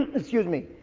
excuse me.